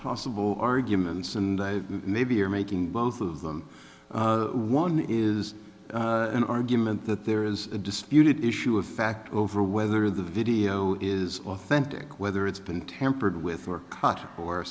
possible arguments and maybe you're making both of them one is an argument that there is a disputed issue of fact over whether the video is authentic whether it's been tampered with or caught or